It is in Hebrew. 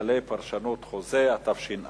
(כללי פרשנות חוזה), התש"ע